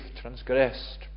transgressed